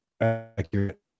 Accurate